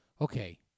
okay